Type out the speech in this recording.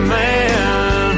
man